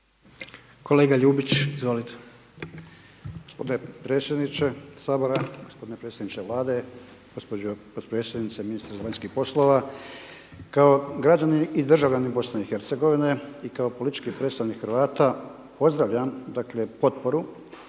**Ljubić, Božo (HDZ)** Gospodine predsjedniče Sabora, gospodine predsjedniče Vlade, gospođo potpredsjednice i ministrice vanjskih poslova. Kao građanin i državljanin Bosne i Hercegovine, i kao politički predstavnik Hrvata, pozdravljam dakle potporu